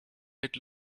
mit